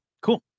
Cool